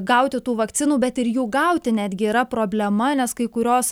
gauti tų vakcinų bet ir jų gauti netgi yra problema nes kai kurios